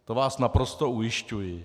O tom vás naprosto ujišťuji.